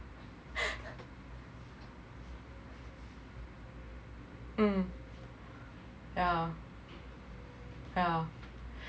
mm yeah yeah